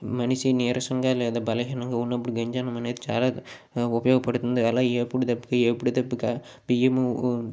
మనిషి నీరసంగా లేదా బలహీనంగా ఉన్నప్పుడు గంజి అన్నం అనేది చాలా ఉపయోగపడుతుంది అలా ఎప్పుడు దప్పిక ఎప్పుడు దప్పిక బియ్యము